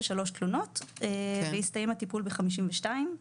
תלונות והסתיים הטיפול ב-52 תלונות.